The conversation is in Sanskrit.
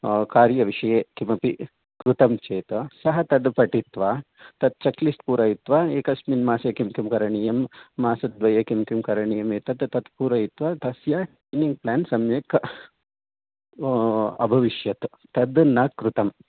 कार्यविषये किमपि कृतं चेत् सः तत् पठित्वा तत् चेक्लिस्त् पूरयित्वा एकस्मिन् मासे किं किं करणीयं मासद्वये किं किं करणीयं एतत् तत् तस्य रन्निङ्ग् प्लेन् सम्यक् अभविष्यत् तत् न कृतं